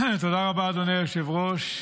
תודה רבה, אדוני היושב-ראש: